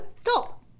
stop